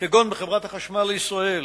כגון בחברת החשמל לישראל,